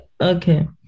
Okay